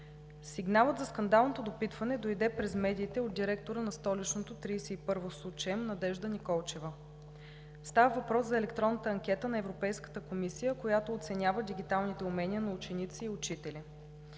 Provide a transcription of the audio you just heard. Сигналът за скандалното допитване дойде през медиите от директора на столичното 31 СУЧЕМ Надежда Николчева. Става въпрос за електронната анкета на Европейската комисия, която оценява дигиталните умения на ученици и учители.